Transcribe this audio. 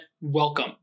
welcome